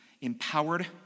empowered